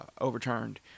overturned